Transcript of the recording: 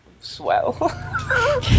swell